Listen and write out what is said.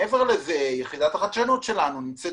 מעבר לזה, יחידת החדשנות שלנו נמצאת